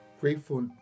grateful